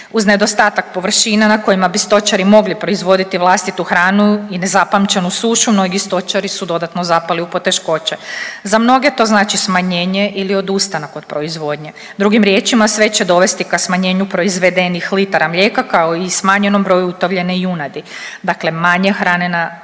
Uz nedostatak površina na kojima bi stočari mogli proizvoditi vlastitu hranu i nezapamćenu sušu, mnogi stočari su dodatno zapali u poteškoće. Za mnoge to znači smanjenje ili odustanak od proizvodnje. Drugim riječima, sve će dovesti ka smanjenju proizvedenih litara mlijeka, kao i smanjenom broju utovljene junadi, dakle manje hrane na